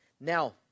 Now